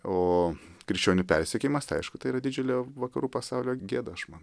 o krikščionių persekiojimas tai aišku tai yra didžiulė vakarų pasaulio gėda aš manau